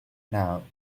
now